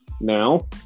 Now